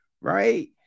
right